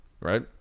right